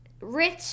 rich